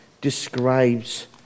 describes